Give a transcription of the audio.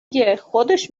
گه، خودش